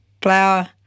flour